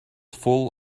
full